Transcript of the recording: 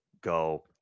go